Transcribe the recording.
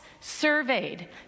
surveyed